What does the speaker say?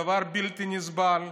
דבר בלתי נסבל.